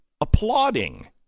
applauding